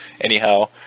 Anyhow